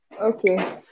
Okay